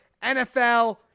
NFL